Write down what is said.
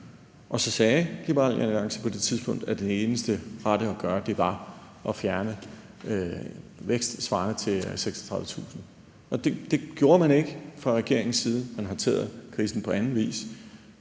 Og så sagde Liberal Alliance på det tidspunkt, at det eneste rette at gøre var at fjerne, hvad der svarer til 36.000 ansatte. Det gjorde man ikke fra regeringens side; man håndterede krisen på anden vis